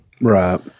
Right